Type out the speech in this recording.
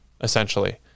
essentially